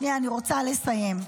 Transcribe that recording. --- שנייה, אני רוצה לסיים.